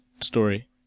story